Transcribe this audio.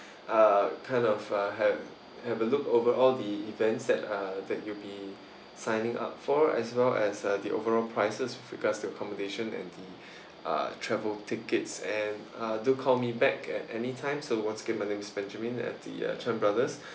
uh kind of uh have have a look overall the events that uh that you'll be signing up for as well as uh the overall prices with regards to the accommodation and the uh travel tickets and do call me back at anytime so once again my name is benjamin at the uh chan brothers